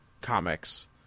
comics